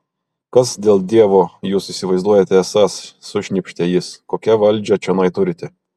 kas dėl dievo jūs įsivaizduojate esąs sušnypštė jis kokią valdžią čionai turite